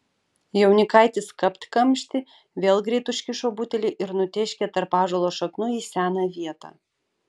jaunikaitis kapt kamštį vėl greit užkišo butelį ir nutėškė tarp ąžuolo šaknų į seną vietą